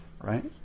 right